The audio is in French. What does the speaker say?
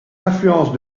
influences